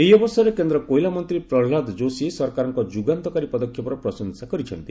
ଏହି ଅବସରରେ କେନ୍ଦ୍ର କୋଇଲା ମନ୍ତ୍ରୀ ପ୍ରହ୍ଲାଦ ଯୋଶୀ ସରକାରଙ୍କ ଯୁଗାନ୍ତକାରୀ ପଦକ୍ଷେପର ପ୍ରଶଂସା କରିଛନ୍ତି